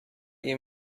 you